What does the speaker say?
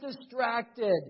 distracted